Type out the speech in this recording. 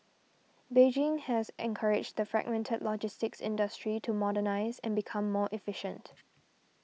Beijing has encouraged the fragmented logistics industry to modernise and become more efficient